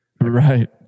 right